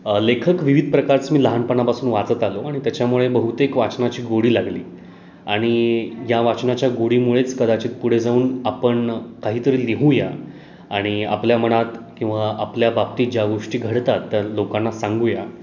लेखक विविध प्रकारचं मी लहानपणापासून वाचत आलो आणि त्याच्यामुळे बहुतेक वाचनाची गोडी लागली आणि या वाचनाच्या गोडीमुळेच कदाचित पुढे जाऊन आपण काहीतरी लिहूया आणि आपल्या मनात किंवा आपल्या बाबतीत ज्या गोष्टी घडतात त्या लोकांना सांगूया